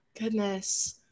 goodness